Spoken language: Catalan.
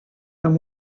amb